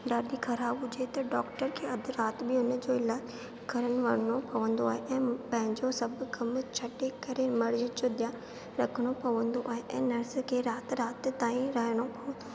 ॾाढी ख़राबु हुजे त डॉक्टर खे अधु राति बि उनजो इलाजु करणु वञिणो पवंदो आहे ऐं पंहिंजो सभु कम छॾे करे मरीज जो ध्यानु रखणो पवंदो आहे ऐं नर्स खे राति राति ताईं रहणो पवंदो आहे